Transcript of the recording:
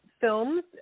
films